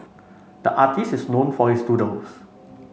the artist is known for his doodles